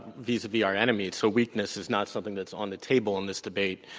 vis-a-vis our enemies. so weakness is not something that's on the table in this debate.